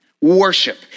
worship